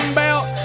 belt